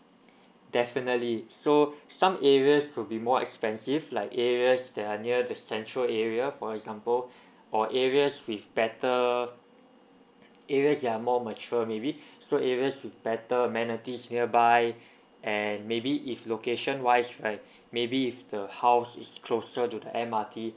definitely so some areas will be more expensive like areas that are near the central area for example or areas with better areas that are more mature maybe so areas with better amenities nearby and maybe if location wise right maybe if the house is closer to the M_R_T